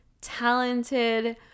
talented